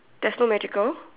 there's no magical